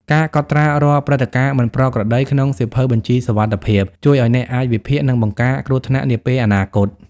ការកត់ត្រារាល់ ព្រឹត្តិការណ៍មិនប្រក្រតី ក្នុងសៀវភៅបញ្ជីសុវត្ថិភាព ជួយឱ្យអ្នកអាចវិភាគ និងបង្ការគ្រោះថ្នាក់នាពេលអនាគត។